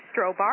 Strobar